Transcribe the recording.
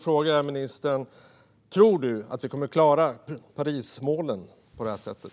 Tror ministern att vi kommer att klara Parismålen på det sättet?